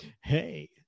hey